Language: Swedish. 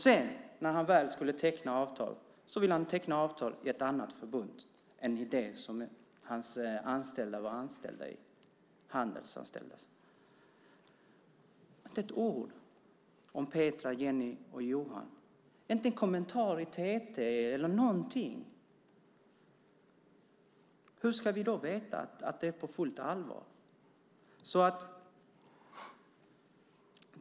Sedan, när han väl skulle teckna avtalet, ville han teckna avtalet med ett annat förbund än det som hans anställda tillhörde, Handelsanställdas förbund. Ministern säger inte ett ord om Petra, Jenny och Johan. Det har inte varit någon kommentar i TT eller någonting. Hur ska vi då veta att det här är på fullt allvar?